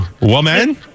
woman